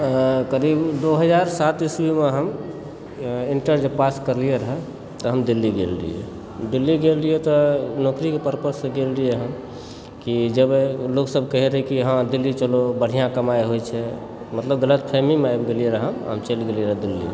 करीब दू हजार सात ईस्वीमे हम इण्टर जब पास करलियै रहऽ तऽ हम दिल्ली गेल रहियै दिल्ली गेल रहियै तऽ नौकरीके परपससँ गेल रहियै कि जब लोकसभ कहय रहय कि हँ दिल्ली चलु बढ़िआँ कमाइ होइत छै मतलब गलतफहमीमे आबि गेलियै रहऽ हम हम चलि गेल रहियै रऽ दिल्ली